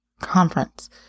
conference